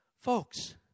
Folks